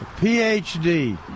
Ph.D